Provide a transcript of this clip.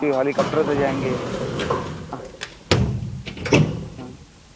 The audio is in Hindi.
कि होलिकॉप्टर से जाएँगे